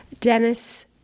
Dennis